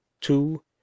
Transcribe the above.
two